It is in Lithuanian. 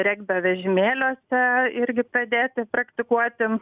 regbio vežimėliuose irgi pradėti praktikuoti